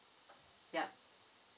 yup